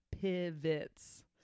pivots